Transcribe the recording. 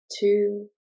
two